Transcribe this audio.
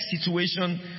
situation